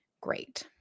Great